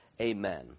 Amen